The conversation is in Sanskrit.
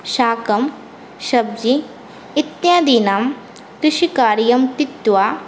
शाकं शब्जी इत्यादीनां कृषिकार्यं कृत्वा